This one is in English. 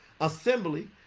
assembly